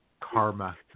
karma